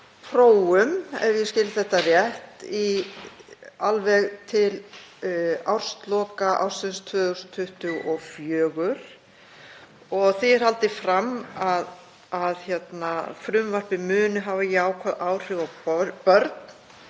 prófum, ef ég skil þetta rétt, alveg til ársloka ársins 2024 og því er haldið fram að frumvarpið muni hafa jákvæð áhrif á börn